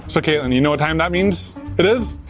so katelyn, do you know what time that means it is?